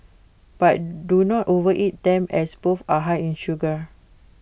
but do not overeat them as both are high in sugar